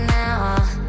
now